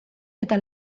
eta